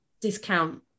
discount